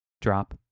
drop